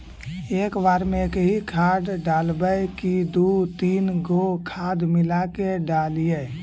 एक बार मे एकही खाद डालबय की दू तीन गो खाद मिला के डालीय?